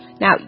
Now